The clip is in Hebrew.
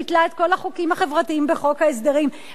ביטלה את כל החוקים החברתיים בחוק ההסדרים,